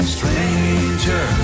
Stranger